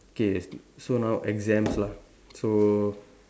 K so now exams lah so